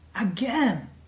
Again